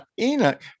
Enoch